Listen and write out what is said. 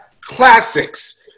classics